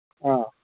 ꯑꯥ